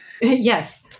Yes